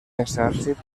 exèrcit